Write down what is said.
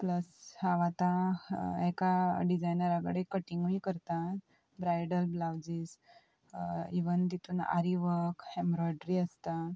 plus हांव आतां एका डिजायनरा कडेन कटिंगूय करता ब्रायडल ब्लाउजीस इवन तितून आरिव हेम्रॉयडरी आसता